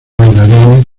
bailarines